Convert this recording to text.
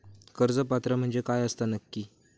कर्ज पात्र म्हणजे काय असता नक्की?